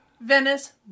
Venice